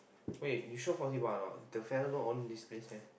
wait you sure possible or not the fella don't own this place meh